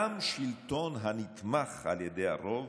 גם שלטון הנתמך על ידי רוב